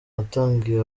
watangiye